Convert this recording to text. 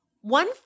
One